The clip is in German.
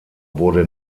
wurde